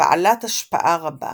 נבעלת השפעה רבה